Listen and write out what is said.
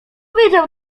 widział